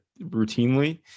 routinely